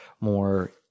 more